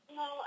no